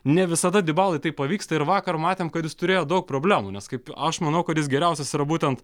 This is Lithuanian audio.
ne visada dibalai tai pavyksta ir vakar matėm kad jis turėjo daug problemų nes kaip aš manau kad jis geriausias yra būtent